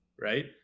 right